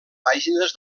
pàgines